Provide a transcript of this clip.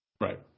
Right